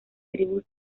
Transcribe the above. tribus